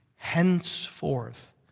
Henceforth